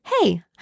Hey